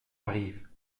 arrive